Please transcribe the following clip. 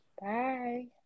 bye